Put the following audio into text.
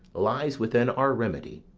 lies within our remedy.